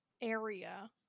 area